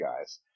guys